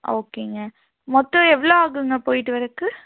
ஓகேங்க மொத்தம் எவ்வளோ ஆகுங்க போயிட்டு வர்றக்கு